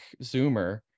zoomer